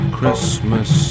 Christmas